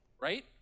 right